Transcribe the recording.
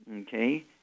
Okay